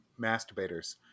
masturbators